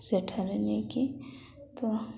ସେଠାରେ ନେଇକି ତ